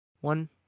one